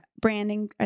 Branding